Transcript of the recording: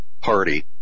party